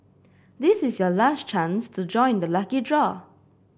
this is your last chance to join the lucky draw